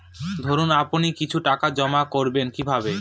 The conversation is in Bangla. ধরুন আপনি কিছু টাকা জমা করবেন কিভাবে?